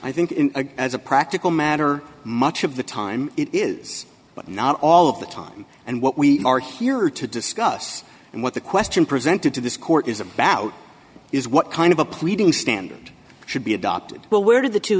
i think as a practical matter much of the time it is not all of the time and what we are here to discuss and what the question presented to this court is about is what kind of a pleading standard should be adopted well where did th